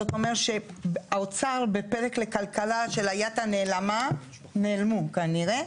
זאת אומרת שהאוצר בפרק לכלכלה של היד הנעלמה נעלמו כנראה.